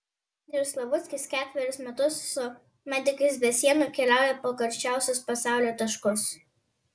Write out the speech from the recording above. andrius slavuckis ketverius metus su medikais be sienų keliauja po karščiausius pasaulio taškus